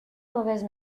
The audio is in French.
mauvaise